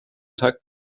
tag